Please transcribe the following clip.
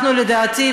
לדעתי,